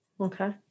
Okay